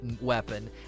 weapon